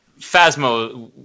phasma